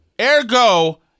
Ergo